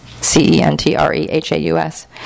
C-E-N-T-R-E-H-A-U-S